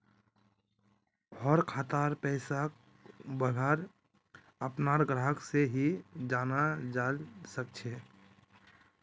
हर खातार पैसाक वहार अपनार ग्राहक से ही जाना जाल सकछे